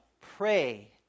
pray